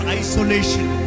isolation